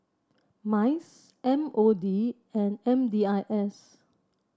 MICE M O D and M D I S